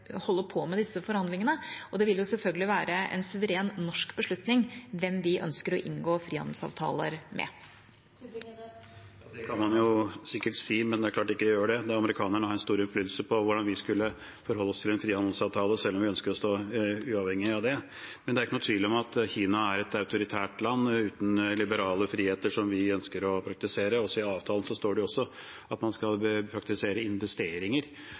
ønsker å inngå frihandelsavtaler med. Ja, det kan man sikkert si, men det er klart det ikke gjør det, da amerikanerne har stor innflytelse på hvordan vi skal forholde oss til en frihandelsavtale selv om vi ønsker å stå uavhengig av det. Det er ikke noen tvil om at Kina er et autoritært land uten liberale friheter som vi ønsker å praktisere. I avtalen står det også at man skal praktisere investeringer.